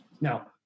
Now